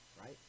Right